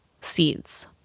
seeds